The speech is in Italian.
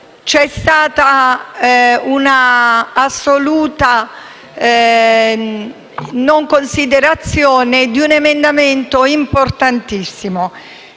c'è stata un'assoluta non considerazione di un emendamento importantissimo,